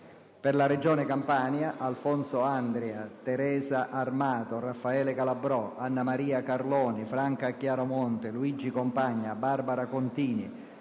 per la Regione Campania: Alfonso Andria, Teresa Armato, Raffaele Calabrò, Anna Maria Carloni, Franca Chiaromonte, Luigi Compagna, Barbara Contini,